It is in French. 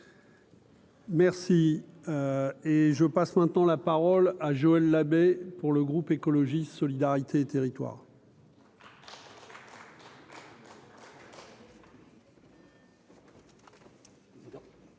Merci et je passe maintenant la parole à Joël Labbé pour le groupe écologiste solidarité territoires.